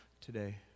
today